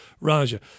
Raja